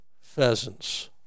pheasants